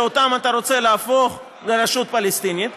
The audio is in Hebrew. שאותן אתה רוצה להפוך לרשות פלסטינית,